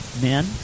men